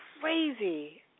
crazy